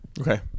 Okay